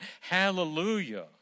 hallelujah